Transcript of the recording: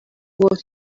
what